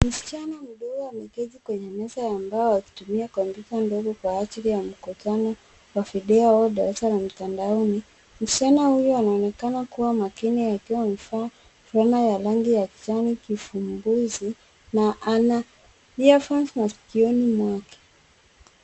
Msichana mdogo ameketi kwenye meza ya mbao akitumia kompyuta ya ndogo kwa ajili ya mkutano wa video au darasa la mtandaoni. Msichana huyu anaonekana kuwa makini akiwa amevaa rinda ya rangi ya kijani kivumbuzi na ana earphones masikioni mwake.